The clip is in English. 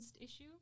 issue